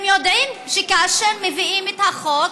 הם יודעים שכאשר יביאו את החוק,